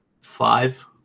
five